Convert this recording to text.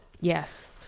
Yes